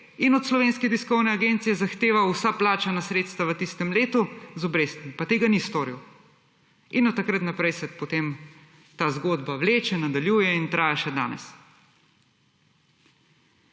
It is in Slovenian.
in od Slovenske tiskovne agencije zahteva vsa plačana sredstva v tistem letu z obrestmi, pa tega ni storil. In od takrat naprej se potem ta zgodba vleče, nadaljuje in traja še danes.